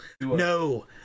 no